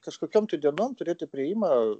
kažkokiom tai dienom turėti priėjimą